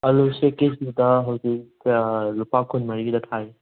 ꯑꯂꯨꯁꯦ ꯀꯦꯖꯤꯗ ꯍꯧꯖꯤꯛ ꯂꯨꯄꯥ ꯀꯨꯟ ꯃꯔꯤꯗ ꯊꯥꯏ